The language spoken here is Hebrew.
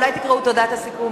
אולי תקראו את הודעת הסיכום,